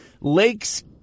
Lakes